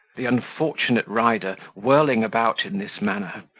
the unfortunate rider, whirling about in this manner,